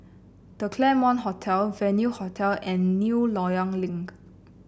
The Claremont Hotel Venue Hotel and New Loyang Link